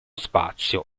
spazio